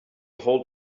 hold